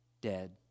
dead